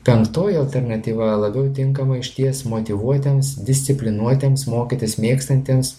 penktoji alternatyva labiau tinkama išties motyvuotiems disciplinuotiems mokytis mėgstantiems